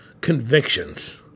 convictions